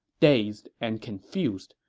dazed and confused,